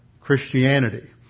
Christianity